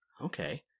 Okay